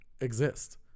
exist